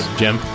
jim